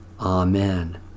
Amen